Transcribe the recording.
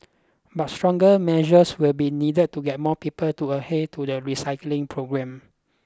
but stronger measures will be needed to get more people to adhere to the recycling program